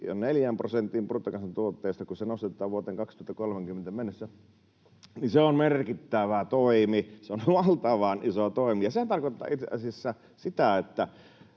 neljään prosenttiin bruttokansantuotteesta vuoteen 2030 mennessä, ovat merkittävä toimi. Se on valtavan iso toimi, ja sehän tarkoittaa itse asiassa sitä,